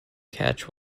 catch